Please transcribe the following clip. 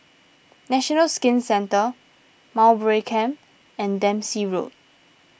National Skin Centre Mowbray Camp and Dempsey Road